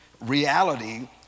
reality